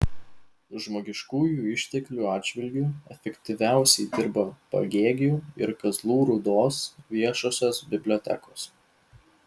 žmogiškųjų išteklių atžvilgiu efektyviausiai dirba pagėgių ir kazlų rūdos viešosios bibliotekos